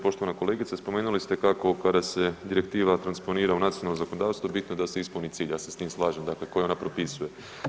Poštovana kolegice, spomenuli ste kako kada se direktiva transponira u nacionalno zakonodavstvo bitno da se ispuni cilj, ja se s tim slažem, dakle koju ona propisuje.